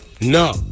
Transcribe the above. No